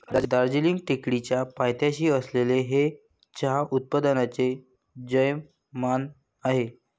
दार्जिलिंग टेकडीच्या पायथ्याशी असलेले हे चहा उत्पादकांचे यजमान आहे